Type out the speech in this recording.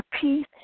peace